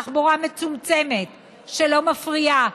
תחבורה מצומצמת שלא מפריעה,